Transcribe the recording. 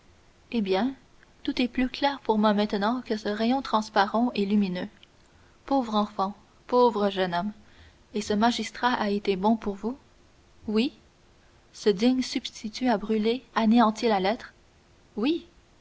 eh bien tout est plus clair pour moi maintenant que ce rayon transparent et lumineux pauvre enfant pauvre jeune homme et ce magistrat a été bon pour vous oui ce digne substitut a brûlé anéanti la lettre oui